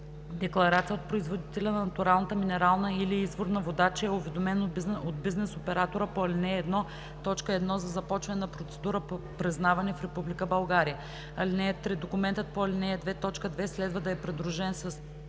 декларация от производителя на натуралната минерална или изворна вода, че е уведомен от бизнес оператора по ал. 1, т. 1 за започването на процедура по признаване в Република България. (3) Документът по ал. 2, т. 2 следва да е придружен с: